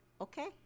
Okay